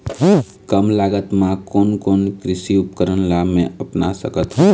कम लागत मा कोन कोन कृषि उपकरण ला मैं अपना सकथो?